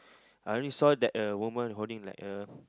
I only saw that a woman holding like a